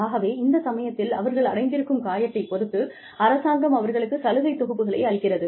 ஆகவே இந்த சமயத்தில் அவர்கள் அடைந்திருக்கும் காயத்தைப் பொறுத்து அரசாங்கம் அவர்களுக்கு சலுகை தொகுப்புகளை அளிக்கிறது